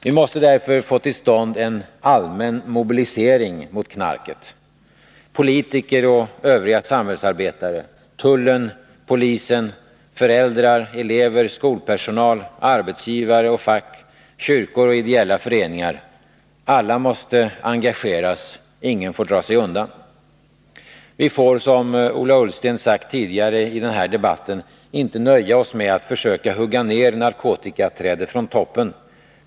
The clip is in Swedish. Vi måste därför få till stånd en allmän mobilisering mot knarket. Politiker och övriga samhällsarbetare, tullen och polisen, föräldrar, elever, skolpersonal, arbetsgivare och fack, kyrkor och ideella föreningar — alla måste engageras. Ingen får dra sig undan. Vi får, som Ola Ullsten sagt tidigare i debatten, inte nöja oss med att försöka hugga ner narkotikaträdet från toppen.